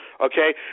okay